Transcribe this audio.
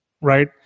right